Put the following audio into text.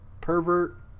Pervert